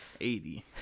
Eighty